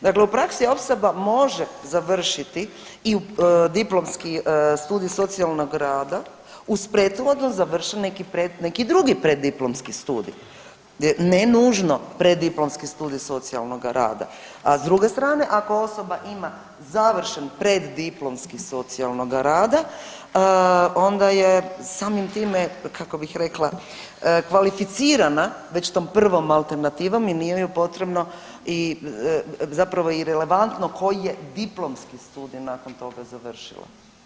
Dakle u praksi osoba može završiti i diplomski studij socijalnog rada uz prethodno završeni neki drugi preddiplomski studij, ne nužno preddiplomski studij socijalnoga rada, a s druge strane, ako osoba ima završen preddiplomski socijalnoga rada, onda je samim time, kako bih rekla, kvalificirana već tom prvom alternativnom i nije ju potrebno, zapravo i relevantno koji je diplomski studij nakon toga završila.